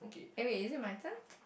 eh wait is it my turn